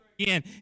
again